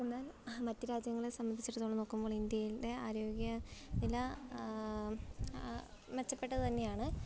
എന്നാൽ മറ്റു രാജ്യങ്ങളെ സംബന്ധിച്ചിടത്തോളം നോക്കുമ്പോൾ ഇന്ത്യയിലെ ആരോഗ്യ നില മെച്ചപ്പെട്ടത് തന്നെയാണ്